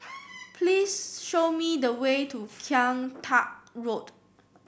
please show me the way to Kian Teck Road